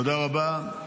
תודה רבה.